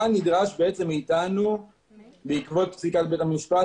מה נדרש מאתנו בעקבות פסיקת בית המשפט